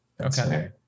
Okay